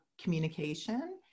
communication